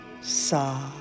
sa